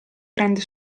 grande